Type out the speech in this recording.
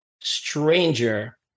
stranger